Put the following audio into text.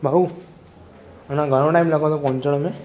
भाऊ अञा घणो टाइम लॻंदो पहुचण में